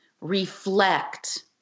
reflect